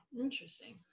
interesting